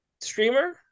streamer